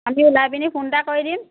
আমি ওলাই পিনি ফোন এটা কৰি দিম